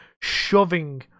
shoving